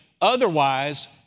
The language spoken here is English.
otherwise